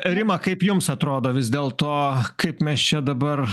rima kaip jums atrodo vis dėlto kaip mes čia dabar